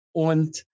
und